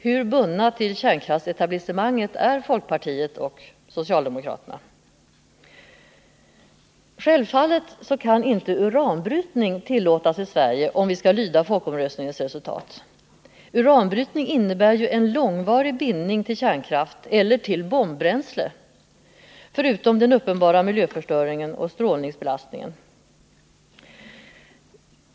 Hur bundna till kärnkraftsetablissemanget är folkpartiet och socialdemokraterna? Självfallet kan inte uranbrytning tillåtas i Sverige, om vi skall följa folkomröstningens resultat. Uranbrytning innebär ju en långvarig bindning till kärnkraft eller till bombbränsle förutom den uppenbara miljöförstöringen och strålningsbelastningen.